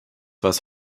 was